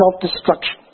self-destruction